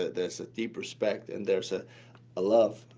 there's a deep respect and there's ah a love,